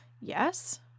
Yes